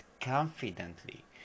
confidently